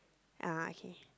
ah okay